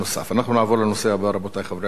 אנחנו נעבור לנושא הבא, רבותי חברי הכנסת: